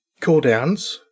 cooldowns